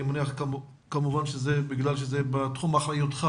אני מניח בגלל שזה בתחום אחריותך,